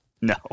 No